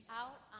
out